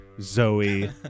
Zoe